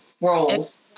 roles